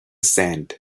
sand